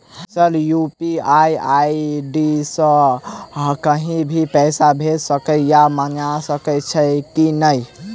Sir UPI ID सँ कहि भी पैसा भेजि सकै या मंगा सकै छी की न ई?